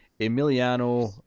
Emiliano